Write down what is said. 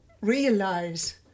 realize